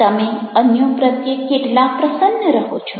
તમે અન્યો પ્રત્યે કેટલા પ્રસન્ન રહો છો